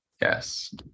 Yes